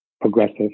progressive